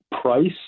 price